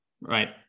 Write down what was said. right